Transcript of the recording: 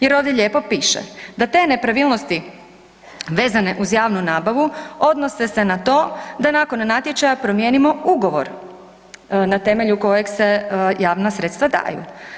Jer ovdje lijepo piše da te nepravilnosti vezane uz javnu nabavu odnose se na to da nakon natječaja promijenimo ugovor na temelju kojeg se javna sredstva daju.